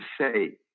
say